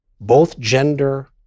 both-gender